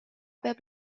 peab